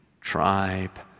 tribe